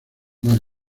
mal